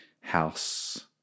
House